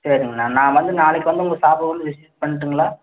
சரிங்கண்ணா நான் வந்து நாளைக்கு வந்து உங்கள் ஷாப்பை வந்து விசிட் பண்ணுட்டுங்களா